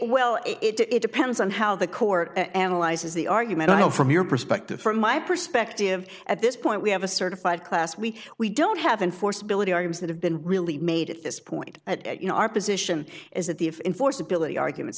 well it depends on how the court analyzes the argument i know from your perspective from my perspective at this point we have a certified class we we don't have in force ability arms that have been really made at this point that you know our position is that the if in force ability arguments